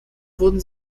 wurden